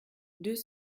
deux